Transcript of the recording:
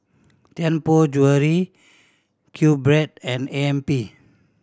Tianpo Jewellery QBread and A M P